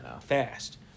fast